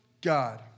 God